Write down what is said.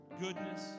goodness